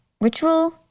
ritual